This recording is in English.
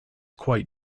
quite